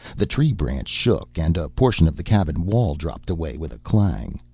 the tree branch shook and a portion of the cabin wall dropped away with a clang.